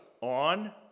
on